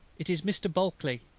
it is mr. bulkley,